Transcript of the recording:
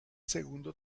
segundo